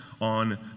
on